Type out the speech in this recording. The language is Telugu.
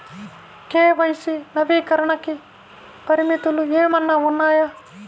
కే.వై.సి నవీకరణకి పరిమితులు ఏమన్నా ఉన్నాయా?